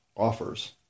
offers